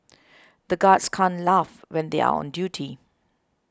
the guards can't laugh when they are on duty